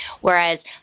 Whereas